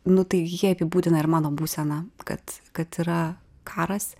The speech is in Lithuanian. nu tai jie apibūdina ir mano būseną kad kad yra karas